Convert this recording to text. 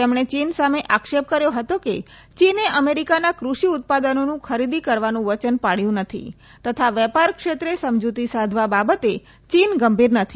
તેમણે ચીન સામે આક્ષેપ કર્યો હતો કે ચીને અમેરિકાના કૃષિ ઉત્પાદનોનું ખરીદી કરવાનું વયન પાળ્યું નથી તથા વેપાર ક્ષેત્રે સમજૂતી સાધવા બાબતે ચીન ગંભીર નથી